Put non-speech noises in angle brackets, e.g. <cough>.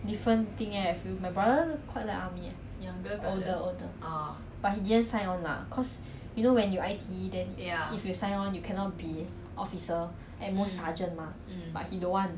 he's the he quite fit mah ya then like when you do army you can like exercise that shit ya then like <noise> quite nice ah but then he didn't lor